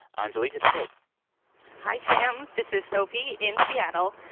anjuli, hit the tape hi, sam. this is sophie in seattle,